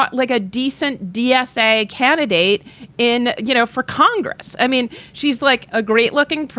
but like a decent dsa candidate in, you know, for congress. i mean, she's like a great looking,